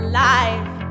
life